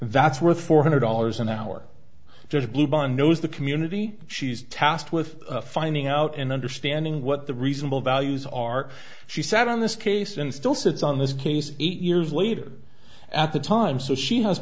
that's worth four hundred dollars an hour just blew by knows the community she's tasked with finding out and understanding what the reasonable values are she sat on this case and still sits on this case eight years later at the time so she has